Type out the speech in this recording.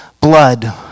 blood